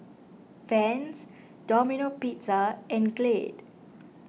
Vans Domino Pizza and Glade